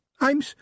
I'm